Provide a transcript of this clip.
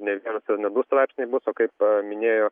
ne vienas ir ne du straipsniai bus o kaip minėjo